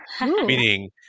Meaning